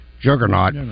juggernaut